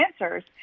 answers